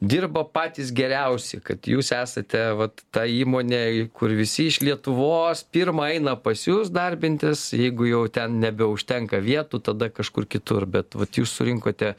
dirba patys geriausi kad jūs esate vat ta įmonė kur visi iš lietuvos pirma eina pas jus darbintis jeigu jau ten nebeužtenka vietų tada kažkur kitur bet vat jūs surinkote